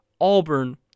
Auburn